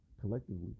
collectively